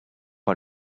our